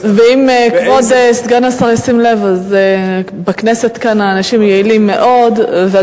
נמנה אותו לקונגרס האמריקני עוד מעט.